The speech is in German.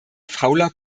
fauler